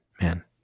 man